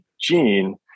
gene